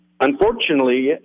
unfortunately